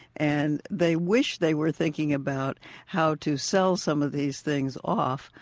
and they wish they were thinking about how to sell some of these things off,